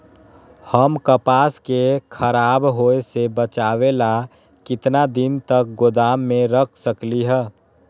हम कपास के खराब होए से बचाबे ला कितना दिन तक गोदाम में रख सकली ह?